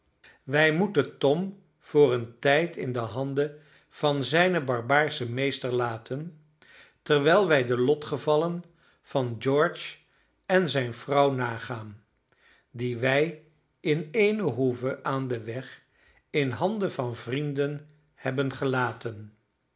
wij moeten tom voor een tijd in de handen van zijnen barbaarschen meester laten terwijl wij de lotgevallen van george en zijne vrouw nagaan die wij in eene hoeve aan den weg in handen van vrienden hebben gelaten